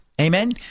Amen